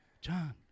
John